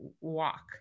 walk